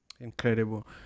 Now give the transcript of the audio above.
Incredible